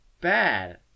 bad